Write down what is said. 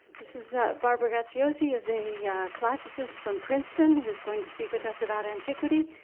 this is barbara graziosi is a classicist from princeton who is going to speak with us about antiquity.